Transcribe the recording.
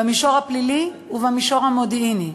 במישור הפלילי ובמישור המודיעיני.